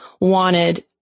wanted